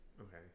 Okay